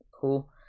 cool